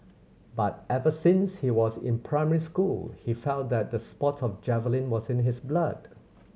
but ever since he was in primary school he felt that the sport of javelin was in his blood